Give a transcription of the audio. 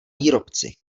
výrobci